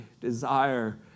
desire